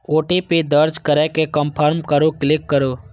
OTP दर्ज करै के कंफर्म पर क्लिक करू